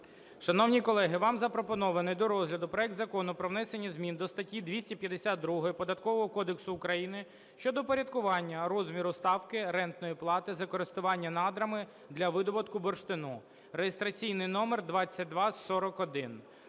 Шановні колеги, вам запропонований до розгляду проект Закону про внесення змін до статті 252 Податкового кодексу України щодо впорядкування розміру ставки рентної плати за користування надрами для видобування бурштину (реєстраційний номер 2241).